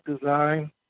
design